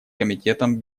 комитетом